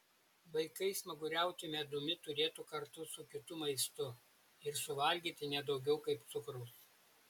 vaikai smaguriauti medumi turėtų kartu su kitu maistu ir suvalgyti ne daugiau kaip cukraus